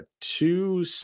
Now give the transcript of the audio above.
Two